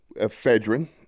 ephedrine